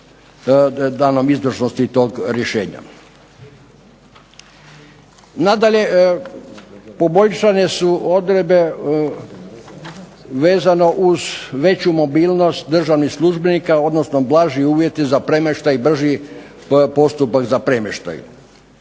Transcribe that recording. danom izvršnosti toga rješenja. Nadalje, poboljšane su odredbe vezano uz veću mobilnost državnih službenika odnosno blaži uvjeti za premještaj, brži postupak za premještaj,